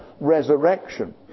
resurrection